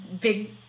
Big